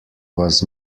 was